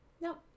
No